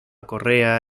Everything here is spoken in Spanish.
correa